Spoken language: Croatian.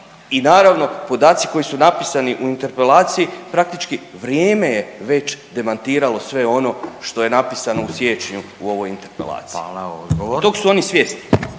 I naravno podaci koji su napisani u interpelaciji praktički vrijeme je već demantiralo sve ono što je napisano u siječnju u ovoj interpelaciji. **Radin, Furio (Nezavisni)**